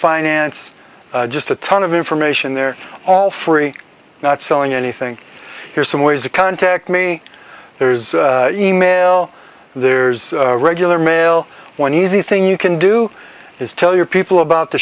finance just a ton of information they're all free not selling anything here's some ways to contact me there is email there's regular mail when easy thing you can do is tell your people about the